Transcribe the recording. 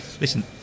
listen